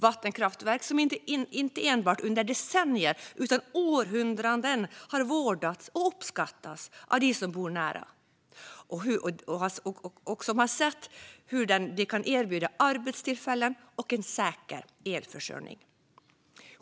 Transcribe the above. Vattenkraftverk har inte bara under decennier utan i århundranden vårdats och uppskattats av dem som bor nära och har sett hur den kan erbjuda arbetstillfällen och en säker elförsörjning.